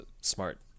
smart